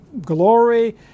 glory